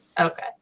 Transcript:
Okay